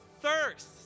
Thirst